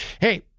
Hey